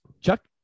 Chuck